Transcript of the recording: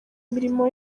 imirimo